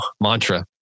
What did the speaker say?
mantra